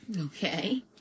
Okay